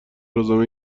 روزنامه